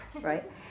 right